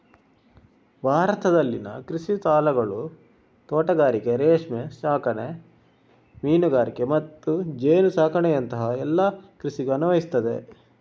ಭಾರತದಲ್ಲಿನ ಕೃಷಿ ಸಾಲಗಳು ತೋಟಗಾರಿಕೆ, ರೇಷ್ಮೆ ಸಾಕಣೆ, ಮೀನುಗಾರಿಕೆ ಮತ್ತು ಜೇನು ಸಾಕಣೆಯಂತಹ ಎಲ್ಲ ಕೃಷಿಗೂ ಅನ್ವಯಿಸ್ತದೆ